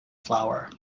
flower